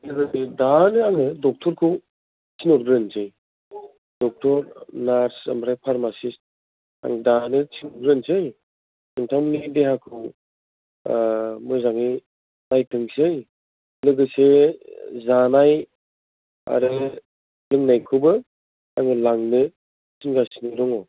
लोगोसे दानो आङो डक्ट'र खौ थिनहरग्रोनोसै डक्ट'र नार्स ओमफ्राय फारमासिस्ट आं दानो थिनहरग्रोनसै नोंथांनि देहाखौ मोजाङै नायथोंसै लोगोसे जानाय आरो लोंनायखौबो आङो लांनो थिनगासिनो दङ